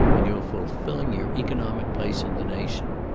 and you're fulfilling your economic place in the nation.